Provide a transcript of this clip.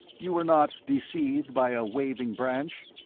you were not deceived by a waving branch?